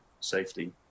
safety